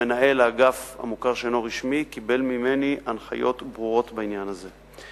מנהל האגף המוכר שאינו רשמי קיבל ממני הנחיות ברורות בעניין הזה.